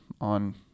on